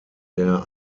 der